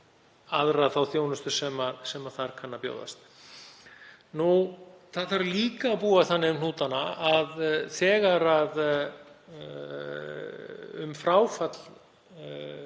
aðra þá þjónustu sem þar kann að bjóðast. Það þarf líka að búa þannig um hnútana að þegar um fráfall